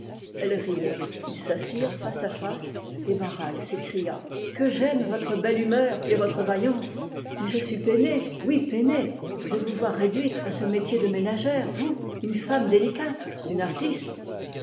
elle riait ils s'assirent fac à face et barral s'écria que j'aime votre belle humeur et votre vaillance mais je suis peiné oui peiné de vous voir réduite à ce métier de ménagère vous une femme délicate une artiste